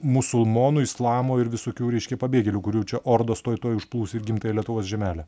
musulmonų islamo ir visokių reiškia pabėgėlių kurių čia ordos tuoj tuoj užplūs ir gimtąją lietuvos žemelę